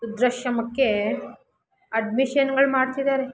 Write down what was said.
ವೃದ್ಧಾಶ್ರಮಕ್ಕೆ ಅಡ್ಮಿಷನ್ಗಳು ಮಾಡ್ತಿದ್ದಾರೆ